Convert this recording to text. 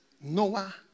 Noah